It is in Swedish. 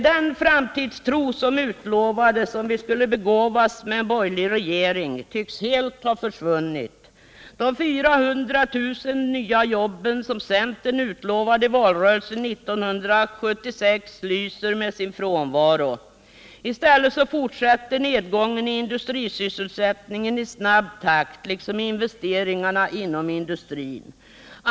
Den framtidstro som utlovades, om vi skulle begåvas med en borgerlig regering, tycks helt ha försvunnit. De 400 000 nya jobben som centern utlovade under valrörelsen 1976 lyser med sin frånvaro. I stället fortsätter nedgången i industrisysselsättningen i snabb takt liksom investeringarna inom industrin.